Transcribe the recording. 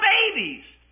babies